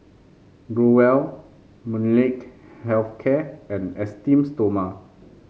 Growell Molnylcke Health Care and Esteem Stoma